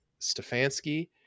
Stefanski